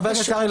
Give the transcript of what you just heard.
חבר הכנסת קרעי,